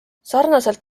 sarnaselt